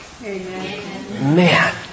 Man